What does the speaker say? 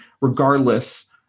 regardless